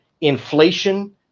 Inflation